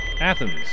Athens